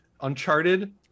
Uncharted